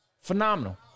Phenomenal